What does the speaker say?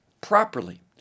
properly